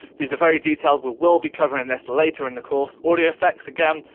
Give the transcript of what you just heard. these are very detailed. we will be covering this later in the course. audio effects, again,